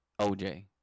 OJ